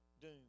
doom